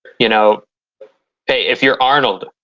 you know hey, if you're arnold,